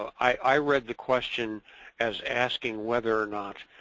i read the question as asking whether or not